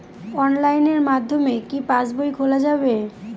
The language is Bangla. অনলাইনের মাধ্যমে কি পাসবই খোলা যাবে?